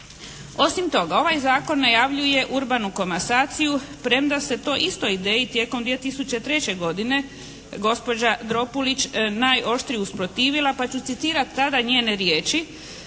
Osim toga ovaj zakon najavljuje urbanu komasaciju premda se toj istoj ideji 2003. godine gospođa Dropulić najoštrije usprotivila pa ću citirati tada njene riječi: